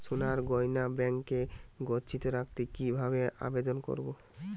সোনার গহনা ব্যাংকে গচ্ছিত রাখতে কি ভাবে আবেদন করতে হয়?